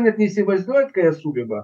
net neįsivaizduojat ką jie sugeba